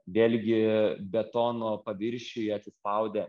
vėlgi betono paviršiuje atsispaudė